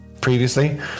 previously